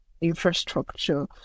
infrastructure